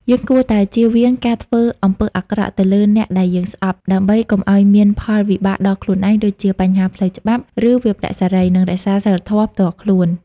យើងគួរតែ ជៀសវាងការធ្វើអំពើអាក្រក់ទៅលើអ្នកដែលយើងស្អប់ ដើម្បីកុំឲ្យមានផលវិបាកដល់ខ្លួនឯង (ដូចជាបញ្ហាផ្លូវច្បាប់ ឬវិប្បដិសារី) និងរក្សាសីលធម៌ផ្ទាល់ខ្លួន។